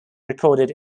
recorded